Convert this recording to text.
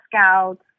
Scouts